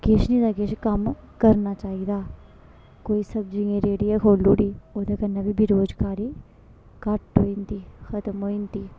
किश नेईं तां किश कम्म करना चाहिदा कोई सब्जियें दी रेह्ड़ी गै खोलुड़ी ओह्दे कन्नै बी बेरोजगारी घट्ट होई जंदी खतम होई जंदी